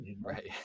right